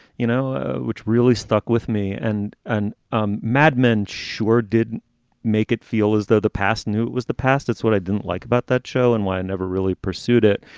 you know, which really stuck with me. and on and um mad men sure didn't make it feel as though the past knew it was the past. it's what i didn't like about that show and why i never really pursued it.